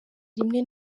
rimwe